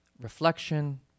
reflection